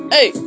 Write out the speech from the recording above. Hey